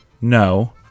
No